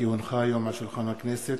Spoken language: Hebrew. כי הונחו היום על שולחן הכנסת,